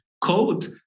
Code